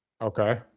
Okay